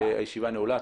הישיבה נעולה.